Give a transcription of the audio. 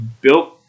built